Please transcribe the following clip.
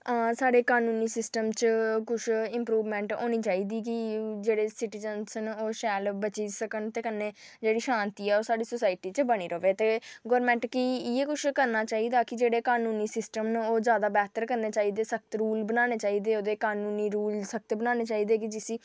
साढ़े कानूनी सिस्टम च कुछ इम्प्रूवमेंट होनी चाहिदी की जे जेह्ड़े सिटीजन न ओह् शैल बची सकन ते कन्नै ते कन्नै जेह्ड़ी शांति ऐ ओह् साढ़ी सोसायटी च बनी रवै गौरमेंट गी इयै किश करना चाहिदा की जेह्ड़े कानूनी सिस्टम न ओह् बेह्तर करने चाहिदे सख्त रूल बनाने चाहिदे ते कानूनी रूल सख्त बनाने चाहिदे जिसी